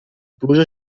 pluja